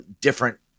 different